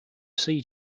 sea